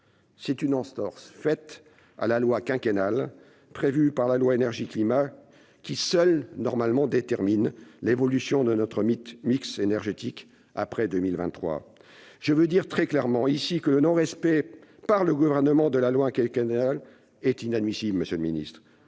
C'est une entorse faite à la loi quinquennale, prévue par la loi Énergie-climat, qui détermine seule, en principe, l'évolution de notre mix énergétique après 2023. Je veux dire très clairement ici que le non-respect par le Gouvernement de la loi quinquennale est inadmissible. Totalement ! Outre